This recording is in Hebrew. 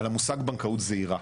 על המושג בנקאות זעירה.